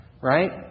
Right